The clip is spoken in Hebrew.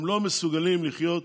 הם לא מסוגלים לחיות